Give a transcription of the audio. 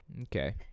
okay